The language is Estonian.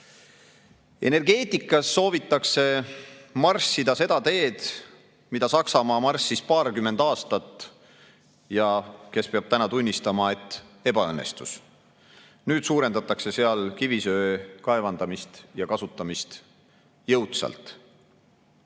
Energeetikas soovitakse marssida seda teed, mida Saksamaa marssis paarkümmend aastat ja peab nüüd tunnistama, et ebaõnnestus. Nüüd suurendatakse seal kivisöe kaevandamist ja kasutamist jõudsalt.